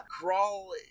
Crawl